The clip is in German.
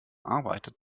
arbeitet